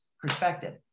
perspective